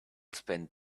spend